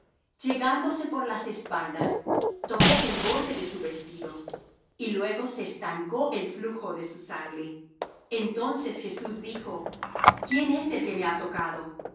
llegándose por las espaldas tocó el borde de su vestido y luego se estancó el flujo de su sangre entonces jesús dijo quién es el que me ha tocado